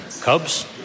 Cubs